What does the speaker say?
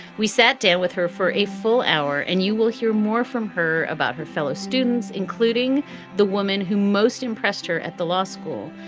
we sat down with her for a full hour and you will hear more from her about her fellow students, including the woman who most impressed her at the law school.